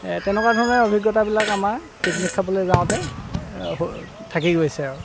তেনেকুৱা ধৰণৰ অভিজ্ঞতাবিলাক আমাৰ পিকনিক খাবলৈ যাওঁতে হৈ থাকি গৈছে আৰু